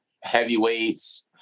heavyweights